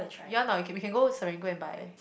you want or not we can we can go to Serangoon and buy